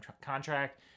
contract